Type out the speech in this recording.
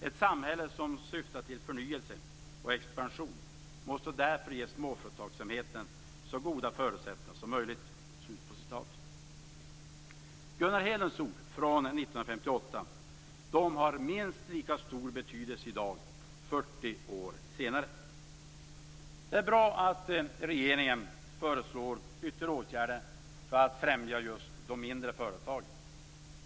Ett samhälle som syftar till förnyelse och expansion måste därför ge småföretagsamheten så goda förutsättningar som möjligt. Gunnar Hedlunds ord från 1958 har minst lika stor betydelse i dag, 40 år senare. Det är bra att regeringen föreslår ytterligare åtgärder för att främja just de mindre företagen.